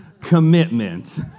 commitment